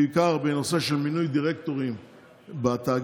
בעיקר בנושא של מינוי דירקטורים בתאגידים,